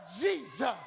Jesus